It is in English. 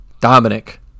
Dominic